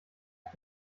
hat